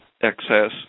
excess